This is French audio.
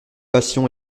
passions